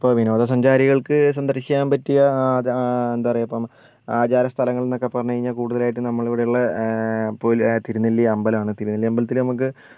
ഇപ്പം വിനോദസഞ്ചാരികൾക്ക് സന്ദർശിക്കാൻ പറ്റിയ ത എന്താണ് പറയുക ഇപ്പം ആചാര സ്ഥലങ്ങൾ എന്നൊക്കെ പറഞ്ഞു കഴിഞ്ഞാൽ കൂടുതലായിട്ടും നമ്മുടെ ഇവിടെ ഉള്ള പോൽ തിരുനെല്ലി അമ്പലം ആണ് തിരുനെല്ലി അമ്പലത്തിൽ നമുക്ക്